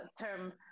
term